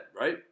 right